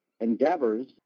endeavors